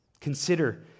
Consider